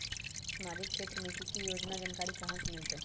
सामाजिक क्षेत्र मे कि की योजना है जानकारी कहाँ से मिलतै?